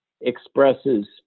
expresses